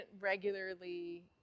regularly